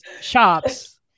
shops